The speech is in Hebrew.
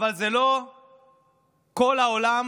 אבל זה לא כל העולם.